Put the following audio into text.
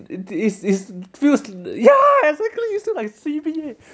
is is feels ya exactly it's still like C_B eh